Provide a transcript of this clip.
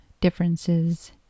differences